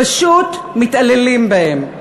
פשוט מתעללים בהם.